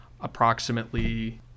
approximately